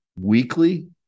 weekly